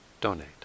donate